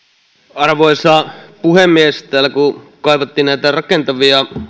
arvoisa puhemies täällä kun kaivattiin näitä rakentavia